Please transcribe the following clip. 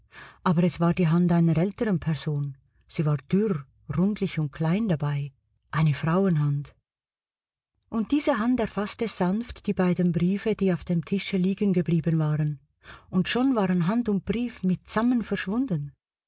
aber es war die hand einer älteren person sie war dürr rundlich und klein dabei eine frauenhand und diese hand erfaßte sanft die beiden briefe die auf dem tische liegen geblieben waren und schon waren hand und brief mitsammen verschwunden